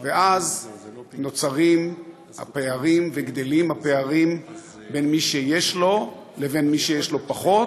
ואז נוצרים הפערים וגדלים הפערים בין מי שיש לו לבין מי שיש לו פחות,